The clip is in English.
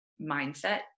mindset